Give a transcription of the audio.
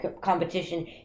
competition